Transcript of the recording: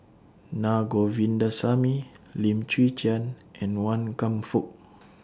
Na Govindasamy Lim Chwee Chian and Wan Kam Fook